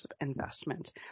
investment